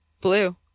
Blue